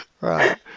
Right